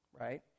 right